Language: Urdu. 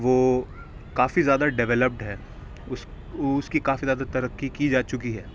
وہ کافی زیادہ ڈیولپڈ ہے اُس اُس کی کافی زیادہ ترقی کی جا چُکی ہے